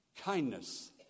kindness